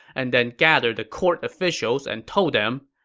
and then gathered the court officials and told them,